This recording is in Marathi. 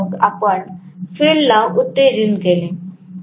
आणि मग आपण फील्डला उत्तेजन दिले